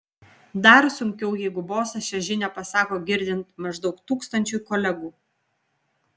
dar sunkiau jeigu bosas šią žinią pasako girdint maždaug tūkstančiui kolegų